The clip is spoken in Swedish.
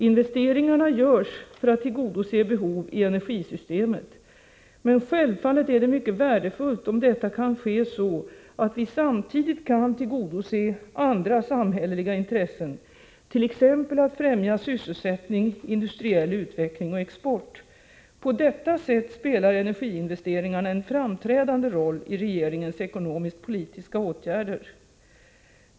Investeringarna görs för att tillgodose behov i energisystemet. Men självfallet är det mycket värdefullt om detta kan ske så att vi samtidigt kan tillgodose andra samhälleliga intressen, t.ex. att främja sysselsättning, industriell utveckling och export. På detta sätt spelar energiinvesteringarna en framträdande roll i regeringens ekonomisk-politiska åtgärder.